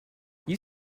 you